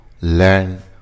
learn